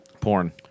Porn